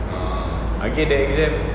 lagi ada exam